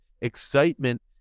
excitement